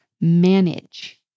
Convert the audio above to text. manage